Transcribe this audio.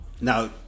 Now